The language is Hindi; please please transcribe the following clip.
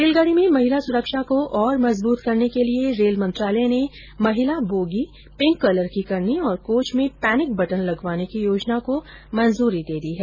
रेलगाड़ी में महिला सुरक्षा को और मजबूत करने के लिये रेल मंत्रालय ने महिला बोगी पिंक कलर की करने और कोच में पैनिक बटन लगवोंने की योजना को मंजूरी दे दी है